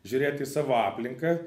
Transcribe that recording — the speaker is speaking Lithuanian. žiūrėti į savo aplinką